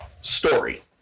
story